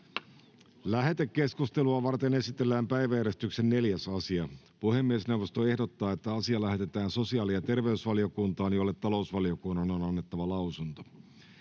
Lähetekeskustelua varten esitellään päiväjärjestyksen 6. asia. Puhemiesneuvosto ehdottaa, että asia lähetetään hallintovaliokuntaan. Keskusteluun varataan